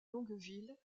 longueville